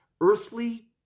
earthly